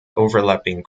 overlapping